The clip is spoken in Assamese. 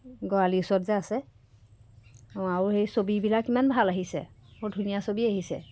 গৰালি ওচৰত যে আছে আৰু সেই ছবিবিলাক ইমান ভাল আহিছে বহুত ধুনীয়া ছবি আহিছে